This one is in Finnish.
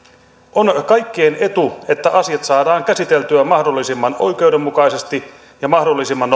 on kaikkien etu että asiat saadaan käsiteltyä mahdollisimman oikeudenmukaisesti ja mahdollisimman